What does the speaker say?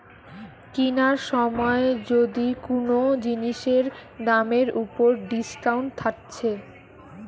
কিনার সময় যদি কুনো জিনিসের দামের উপর ডিসকাউন্ট থাকছে